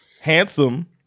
handsome